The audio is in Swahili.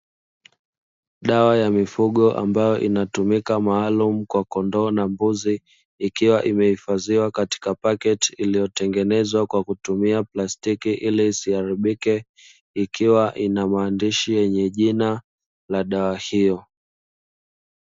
Dawa ya mifugo ambayo inatumika maalumu kwa kondoo na mbuzi, ikiwa imehifadhiwa katika paketi iliyotengenezwa kwa kutumia plastiki ili isiharibike, ikiwa ina maandishi yenye jina la dawa hiyo.